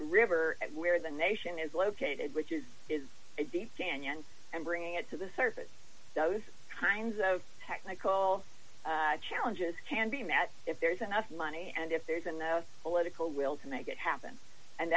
river where the nation is located which is is a deep canyon and bringing it to the surface those kinds of technical challenges can be met if there's enough money and if there's enough political will to make it happen and